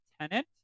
tenant